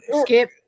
skip